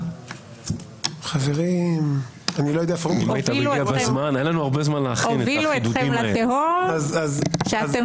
חברים, לפני תחילת הדיון נתתי לכם רבע שעה